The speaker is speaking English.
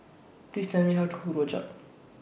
Please Tell Me How to Cook Rojak